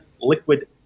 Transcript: liquid